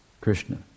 Krishna